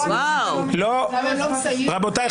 רבותי,